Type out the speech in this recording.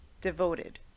devoted